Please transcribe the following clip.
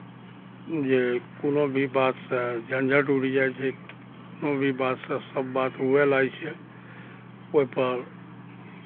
जे कोनो भी बातसँ झञ्झट उठि जाइ छै कोनो भी बातसँ सभ बात हुअ लागै छै ओहिपर